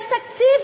יש תקציב,